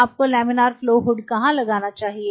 आपको laminar flow hood कहाँ लगाना चाहिए